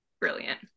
brilliant